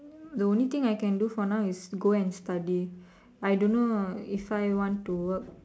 the only thing I can do for now is go and study I don't know if I want to work